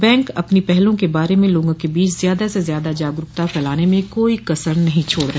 bank अपनी पहलों के बारे में लोगों के बीच ज्यादा से ज्यादा जागरूकता फैलाने में कोई कसर नहीं छोड़ रहे